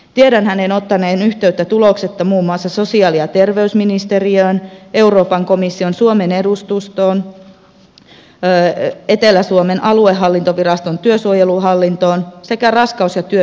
tiedän hänen ottaneen yhteyttä tuloksetta muun muassa sosiaali ja terveysministeriöön euroopan komission suomen edustustoon etelä suomen aluehallintoviraston työsuojeluhallintoon sekä raskaus ja työneuvontapalveluun